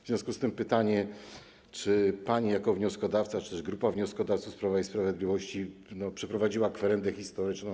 W zawiązku z tym pytanie: Czy pan jako wnioskodawca czy też grupa wnioskodawców z Prawa i Sprawiedliwości przeprowadziliście kwerendę historyczną?